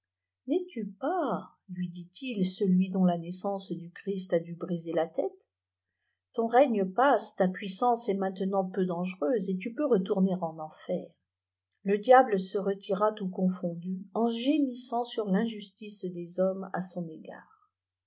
n'es-tu pas lui dit-il celui dont la naissance du christ a dû briser la tête ton règne passe ta puissance est maintenant peu dangereuse tu peux retourner en enfer nle diable se retira tout confondu en gémissant sur l'injustice des hommes à son égard